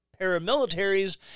paramilitaries